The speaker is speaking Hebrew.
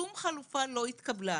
שום חלופה לא התקבלה.